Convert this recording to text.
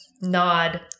nod